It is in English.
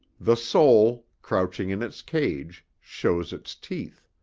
the soul, crouching in its cage, shows its teeth.